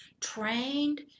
trained